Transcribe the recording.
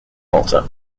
malta